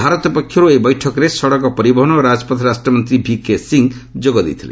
ଭାରତ ପକ୍ଷରୁ ଏହି ବୈଠକରେ ସଡ଼କ ପରିବହନ ଓ ରାଜପଥ ରାଷ୍ଟ୍ରମନ୍ତ୍ରୀ ଭିକେ ସିଂ ଯୋଗ ଦେଇଥିଲେ